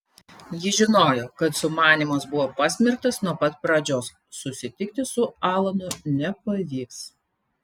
ji žinojo kad sumanymas buvo pasmerktas nuo pat pradžios susitikti su alanu nepavyks